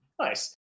nice